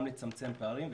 גם לצמצם פערים,